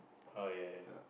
uh ya ya ya